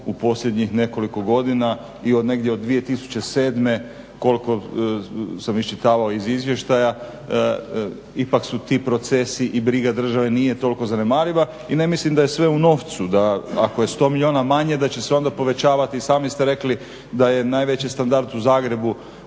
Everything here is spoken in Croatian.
u posljednjih nekoliko godina i od negdje od 2007.koliko sam iščitavao iz izvještaja ipak su ti procesi i briga države nije toliko zanemariva i ne mislim da je sve u novcu da ako je 100 milijuna manje da će se onda povećavati, sami ste rekli da je najveći standard u Zagrebu,